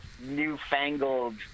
newfangled